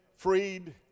Freed